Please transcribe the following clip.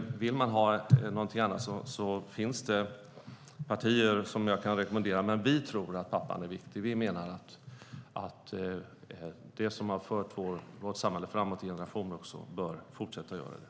Tycker man något annat finns det partier som jag kan rekommendera, men vi tror att pappan är viktig. Vi menar att det som har fört vårt samhälle framåt i generationer också bör fortsätta att göra det.